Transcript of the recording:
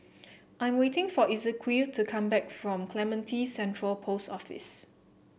I'm waiting for Ezequiel to come back from Clementi Central Post Office